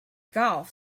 golf